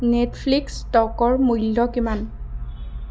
Netflix ষ্ট'কৰ মূল্য কিমান